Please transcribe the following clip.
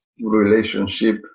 Relationship